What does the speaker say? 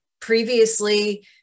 previously